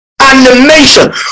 Animation